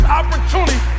opportunity